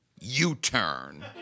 U-turn